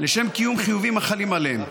לשם קיום חיובים החלים עליהם,